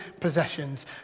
possessions